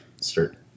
start